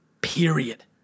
Period